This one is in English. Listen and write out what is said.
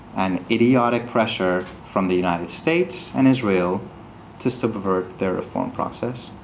and idiotic pressure from the united states and israel to subvert their reform process.